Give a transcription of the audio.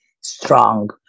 strong